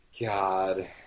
God